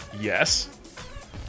Yes